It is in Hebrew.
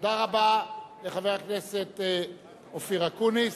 תודה רבה לחבר הכנסת אופיר אקוניס.